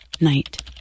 night